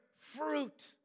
fruit